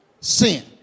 sin